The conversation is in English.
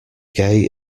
gay